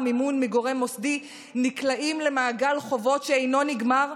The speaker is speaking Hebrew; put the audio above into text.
מימון מגורם מוסדי נקלעים למעגל חובות שאינו נגמר,